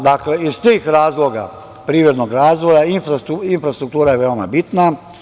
Dakle, iz tih razloga privrednog razvoja, infrastruktura je veoma bitna.